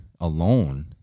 alone